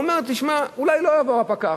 הוא אומר: תשמע, אולי לא יעבור הפקח.